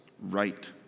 right